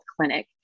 Clinic